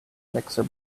mixer